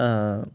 আ